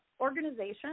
Organization